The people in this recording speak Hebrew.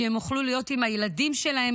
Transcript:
כדי שהן יוכלו להיות עם הילדים שלהן,